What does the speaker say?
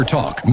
Talk